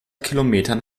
kilometern